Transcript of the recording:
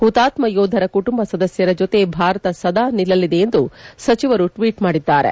ಹುತಾತ್ಮ ಯೋಧರ ಕುಟುಂಬ ಸದಸ್ಯರ ಜೊತೆ ಭಾರತ ಸದಾ ನಿಲ್ಲಲಿದೆ ಎಂದು ಸಚಿವರು ಟ್ವೀಟ್ ಮಾಡಿದ್ದಾರೆ